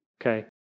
Okay